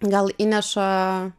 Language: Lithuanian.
gal įneša